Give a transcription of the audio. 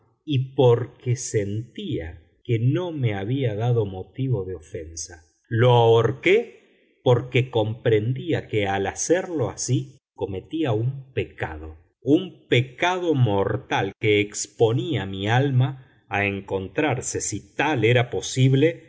y porque sentía que no me había dado motivo de ofensa lo ahorqué porque comprendía que al hacerlo así cometía un pecado un pecado mortal que exponía mi alma a encontrarse si tal era posible